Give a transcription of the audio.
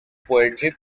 poetry